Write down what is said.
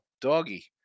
Doggy